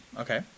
okay